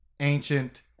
Ancient